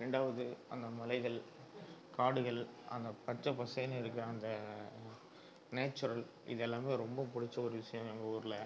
ரெண்டாவது அந்த மலைகள் காடுகள் அந்த பச்சை பசேன்னு இருக்கற அந்த நேச்சுரல் இது எல்லாம் ரொம்ப பிடிச்ச ஒரு விஷியம் எங்கள் ஊரில்